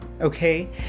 okay